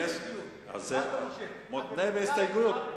אז, זה מותנה בהסתייגות.